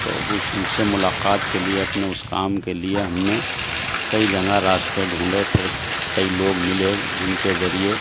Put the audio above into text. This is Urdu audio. تو اس ان سے ملاقات کے لیے اپنے اس کام کے لیے ہم نے کئی جگہ راستے ڈھونڈے پھر کئی لوگ ملے جن کے ذریعے